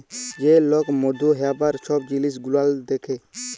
যে লক মধু হ্যবার ছব জিলিস গুলাল দ্যাখে